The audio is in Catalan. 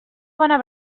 bona